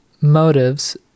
motives